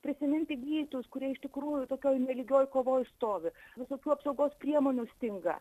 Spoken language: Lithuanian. prisiminti gydytojus kurie iš tikrųjų tokioj nelygioj kovoj stovi visokių apsaugos priemonių stinga